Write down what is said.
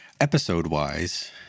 Episode-wise